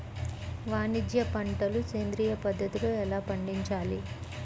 వాణిజ్య పంటలు సేంద్రియ పద్ధతిలో ఎలా పండించాలి?